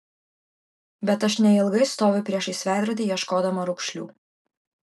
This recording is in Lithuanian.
bet aš neilgai stoviu priešais veidrodį ieškodama raukšlių